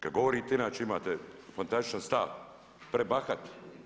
Kad govorite imate inače fantastičan stav, prebahat.